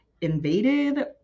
invaded